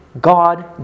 God